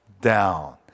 down